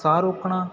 ਸਾਹ ਰੋਕਣਾ